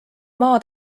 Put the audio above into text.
maa